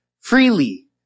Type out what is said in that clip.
freely